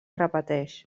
repeteix